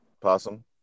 Possum